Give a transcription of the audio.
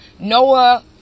Noah